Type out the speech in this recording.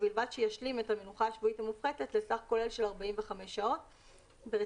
ובלבד שישלים את המנוחה השבועית המופחתת לסך כולל של 45 שעות ברציפות,